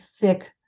thick